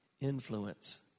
influence